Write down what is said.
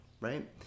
right